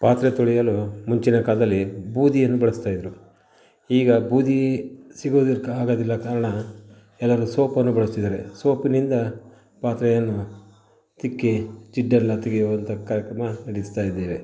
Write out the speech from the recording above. ಪಾತ್ರೆ ತೊಳೆಯಲು ಮುಂಚಿನ ಕಾಲದಲ್ಲಿ ಬೂದಿಯನ್ನು ಬಳಸ್ತಾಯಿದ್ರು ಈಗ ಬೂದಿ ಸಿಗೋದಕ್ಕೆ ಆಗೋದಿಲ್ಲ ಕಾರಣ ಎಲ್ಲರು ಸೋಪ್ ಅನ್ನು ಬಳಸ್ತಿದಾರೆ ಸೋಪಿನಿಂದ ಪಾತ್ರೆಯನ್ನು ತಿಕ್ಕಿ ಜಿಡ್ಡೆಲ್ಲ ತೆಗೆಯುವಂಥ ಕಾರ್ಯಕ್ರಮ ನಡೆಸ್ತಾಯಿದ್ದೇವೆ